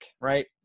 right